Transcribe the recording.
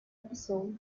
episode